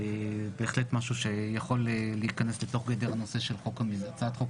זה בהחלט משהו שיכול להיכנס לתוך גדר הנושא של הצעת חוק